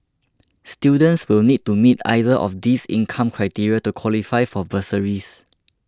students will need to meet either of these income criteria to qualify for bursaries